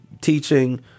teaching